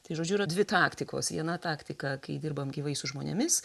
tai žodžiu yra dvi taktikos viena taktika kai dirbam gyvai su žmonėmis